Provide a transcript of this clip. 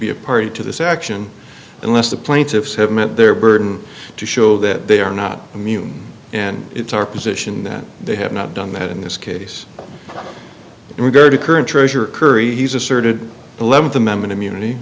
be a party to this action unless the plaintiffs have met their burden to show that they are not immune and it's our position that they have not done that in this case in regard to current treasurer curry's asserted eleventh